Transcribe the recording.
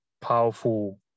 powerful